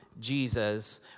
Jesus